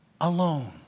alone